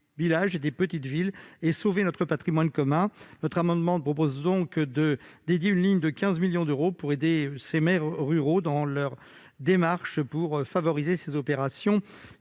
villages et des petites villes et sauver notre patrimoine commun. Cet amendement tend à dédier une ligne de 15 millions d'euros à une aide aux maires ruraux dans leurs démarches pour favoriser ces opérations,